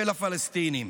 של הפלסטינים.